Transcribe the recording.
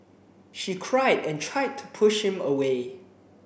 she cried and tried to push him away